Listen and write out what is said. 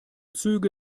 züge